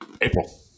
April